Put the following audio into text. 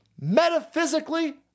metaphysically